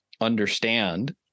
understand